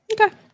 okay